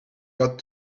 got